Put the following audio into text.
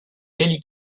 kelly